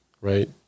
Right